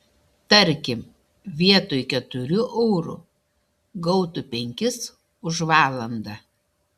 tarkim vietoj keturių eurų gautų penkis už valandą